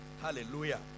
Hallelujah